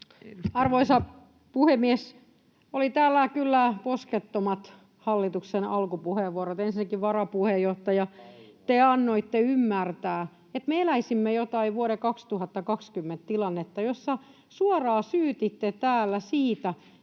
Arvoisa puhemies! Oli täällä kyllä poskettomat hallituksen alkupuheenvuorot. Ensinnäkin varapuheenjohtaja, te annoitte ymmärtää, että me eläisimme jotain vuoden 2020 tilannetta, jossa suoraan syytitte täällä siitä,